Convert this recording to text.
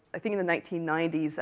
i think, in the nineteen ninety s,